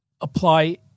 apply